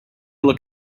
look